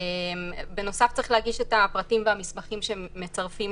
בנוסף צריך להגיש את הפרטים והמסמכים שמצרפים